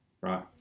right